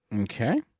okay